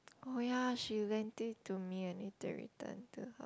oh ya she lent it to me I need to return to her